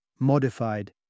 Modified